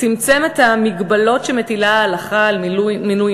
צמצם את המגבלות שמטילה ההלכה על מינוי